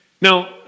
now